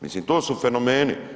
Mislim to su fenomeni.